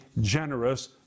generous